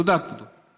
תודה, כבודו.